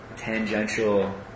tangential